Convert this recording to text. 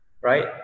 right